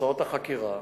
לתוצאות החקירה,